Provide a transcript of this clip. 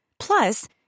Plus